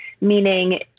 meaning